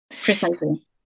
precisely